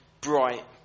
bright